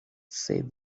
said